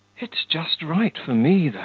it's just right for me, though.